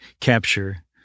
capture